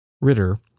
Ritter